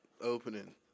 opening